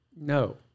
No